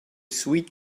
sweet